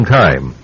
time